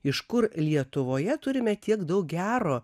iš kur lietuvoje turime tiek daug gero